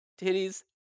Titties